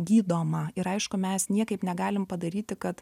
gydoma ir aišku mes niekaip negalim padaryti kad